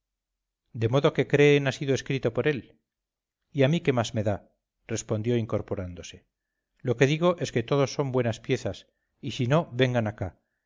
de modo que creen ha sido escrito por él y a mí qué más me da respondió incorporándose lo que digo es que todos son buenas piezas y si no vengan acá